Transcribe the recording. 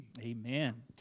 Amen